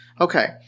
Okay